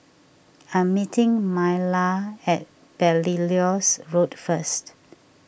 I'm meeting Myla at Belilios Road first